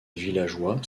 villageois